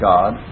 God